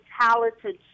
talented